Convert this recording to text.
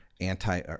anti